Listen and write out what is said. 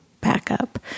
backup